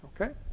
Okay